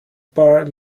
bar